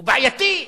הוא בעייתי,